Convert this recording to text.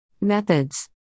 Methods